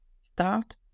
start